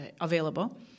available